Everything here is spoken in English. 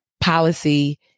policy